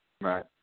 Right